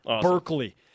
Berkeley